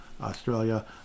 Australia